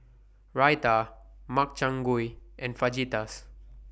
Raita Makchang Gui and Fajitas